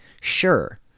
sure